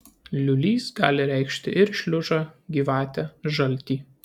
liūlys gali reikšti ir šliužą gyvatę žaltį